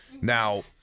Now-